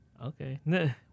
Okay